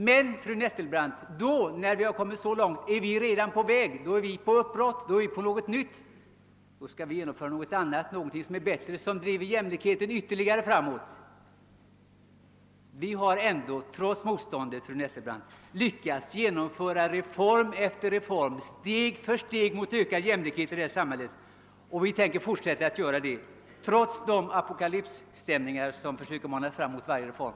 Men, fru Nettelbrandt, när man har kommit så långt, är vi redan på väg mot att genomföra något annat, något som är ännu bättre, som driver jämlikheten ytterligare framåt. Vi har ändå trots motstånd, fru Nettelbrandt, lyckats genomföra reform efter reform steg för steg mot ökad jämlikhet i detta samhälle, och vi tänker fortsätta att göra det trots de apokalypsstämningar som man försöker mana fram mot varje reform.